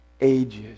ages